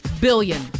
billion